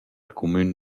cumün